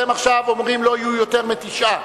אתם עכשיו אומרים: לא יהיו יותר מתשעה,